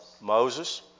Moses